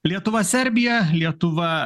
lietuva serbija lietuva